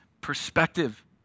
perspective